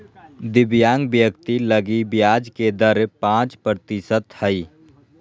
दिव्यांग व्यक्ति लगी ब्याज के दर पांच प्रतिशत हइ